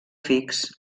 fix